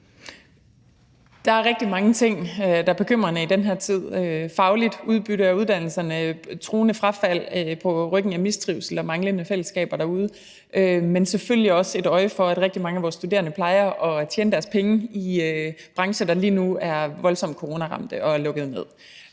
Der er rigtig mange ting, der er bekymrende i den her tid. Der er det faglige udbytte af uddannelserne, truende frafald på ryggen af mistrivsel og manglende fællesskaber derude. Men vi skal selvfølgelig også have øje for, at rigtig mange af vores studerende plejer at tjene deres penge i brancher, der lige nu er voldsomt coronaramte og er lukkede ned.